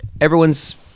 everyone's